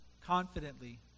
confidently